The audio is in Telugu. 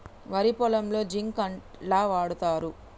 వరి పొలంలో జింక్ ఎట్లా వాడుతరు?